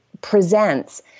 presents